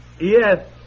Yes